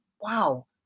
wow